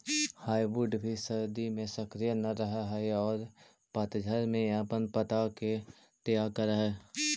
hardwood भी सर्दि में सक्रिय न रहऽ हई औउर पतझड़ में अपन पत्ता के त्याग करऽ हई